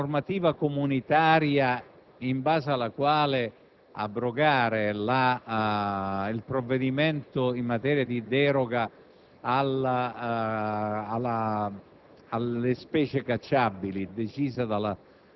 rivolta a recepire la normativa comunitaria in base alla quale abrogare il provvedimento in materia di deroga alle